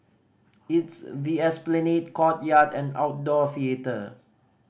it's the Esplanade courtyard and outdoor theatre